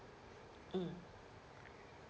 mm